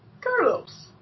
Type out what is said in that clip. Carlos